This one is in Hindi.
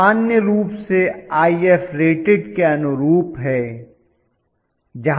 यह सामान्य रूप से Ifrated के अनुरूप है